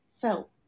felt